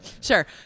Sure